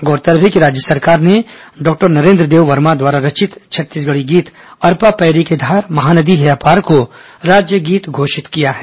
गौरतलब है कि राज्य सरकार ने डॉक्टर नरेन्द्रदेव वर्मा द्वारा रचित छत्तीसगढ़ी गीत अरपा पैरी के धार महानदी हे अपार को राज्य गीत घोषित किया है